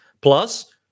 Plus